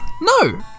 no